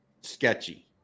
sketchy